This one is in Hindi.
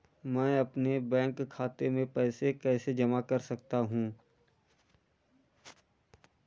मैं अपने बैंक खाते में पैसे कैसे जमा कर सकता हूँ?